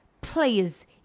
players